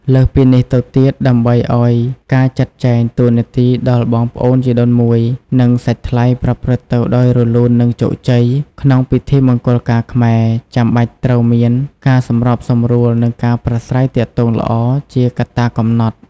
លើសពីនេះទៅទៀតដើម្បីឱ្យការចាត់ចែងតួនាទីដល់បងប្អូនជីដូនមួយ និងសាច់ថ្លៃប្រព្រឹត្តទៅដោយ រលូន និងជោគជ័យ ក្នុងពិធីមង្គលការខ្មែរ ចាំបាច់ត្រូវមាន ការសម្របសម្រួល និងការប្រាស្រ័យទាក់ទងល្អ ជាកត្តាកំណត់។